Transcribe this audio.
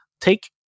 Take